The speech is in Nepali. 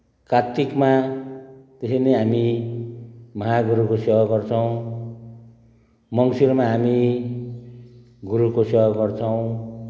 कात्तिकमा त्यसरी नै हामी महागुरुको सेवा गर्छौँ मङ्सिरमा हामी गुरुको सेवा गर्छौँ